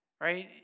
Right